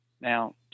Now